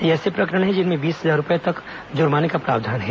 ये ऐसे प्रकरण हैं जिनमें बीस हजार रूपये तक जुर्माने का प्रावधान है